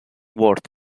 worth